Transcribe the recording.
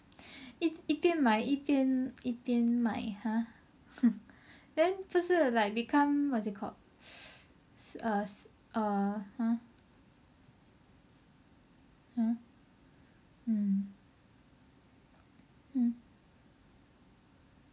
一边买一边卖 !huh! hmm then 不是 like become what is it called uh (uh huh) !huh! um um